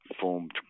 formed